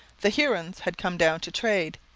the hurons had come down to trade,